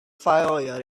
failure